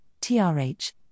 TRH